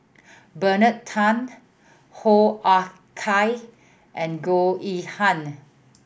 Bernard Tan Hoo Ah Kay and Goh Yihan